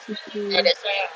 so cute